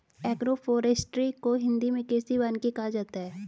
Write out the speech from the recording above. agroforestry को हिंदी मे कृषि वानिकी कहा जाता है